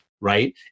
right